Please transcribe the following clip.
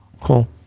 Cool